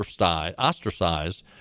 ostracized